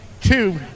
two